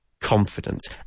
confidence